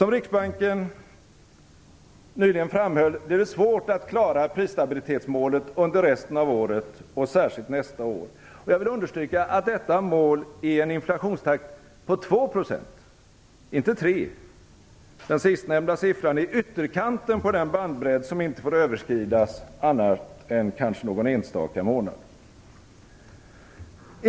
Som Riksbanken nyligen framhöll, blir det svårt att klara prisstabilitetsmålet under resten av året och särskilt nästa år. Jag vill understryka att detta mål är en inflationstakt av 2 % och inte 3 %- den sistnämnda siffran är ytterkanten på den bandbredd som inte får överskridas annat än kanske någon enstaka månad.